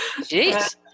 Jeez